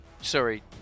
Sorry